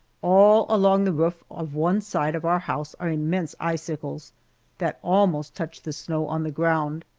all along the roof of one side of our house are immense icicles that almost touch the snow on the ground.